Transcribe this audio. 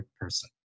person